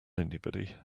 anybody